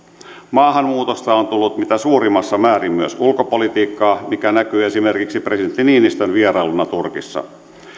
maahanmuutosta on tullut mitä suurimmassa määrin myös ulkopolitiikkaa mikä näkyy esimerkiksi presidentti niinistön vierailuna turkissa